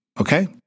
okay